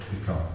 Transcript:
become